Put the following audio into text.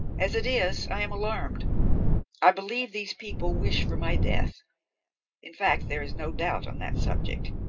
as it is, i am alarmed i believe these people wish for my death in fact, there is no doubt on that subject.